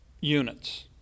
units